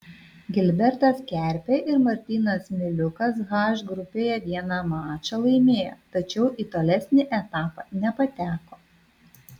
gilbertas kerpė ir martynas miliukas h grupėje vieną mačą laimėjo tačiau į tolesnį etapą nepateko